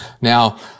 Now